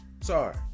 Sorry